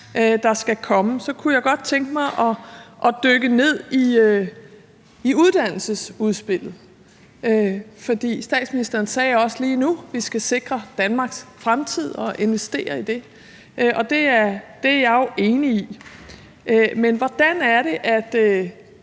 der skal komme, så kunne jeg godt tænke mig at dykke ned i uddannelsesudspillet. For statsministeren sagde også lige nu: Vi skal sikre Danmarks fremtid og investere i den. Og det er jeg jo enig i. Men hvordan er det, at